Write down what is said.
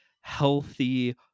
healthy